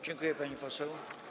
Dziękuję, pani poseł.